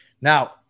Now